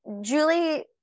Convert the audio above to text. Julie